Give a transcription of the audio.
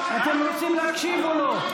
אתם רוצים להקשיב או לא?